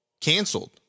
Canceled